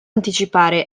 anticipare